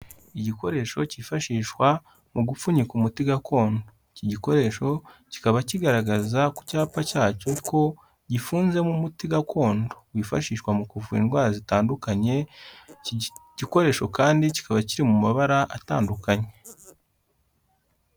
Igikoresho cyifashishwa mu gupfunyika umuti gakondo, iki gikoresho kikaba kigaragaza ku cyapa cyacyo ko gifunzemo umuti gakondo wifashishwa mu kuvura indwara zitandukanye, iki gikoresho kandi kikaba kiri mu mabara atandukanye.